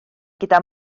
gyda